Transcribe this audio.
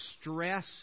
stress